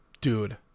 Dude